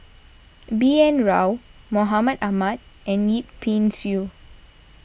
B N Rao Mahmud Ahmad and Yip Pin Xiu